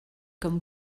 comme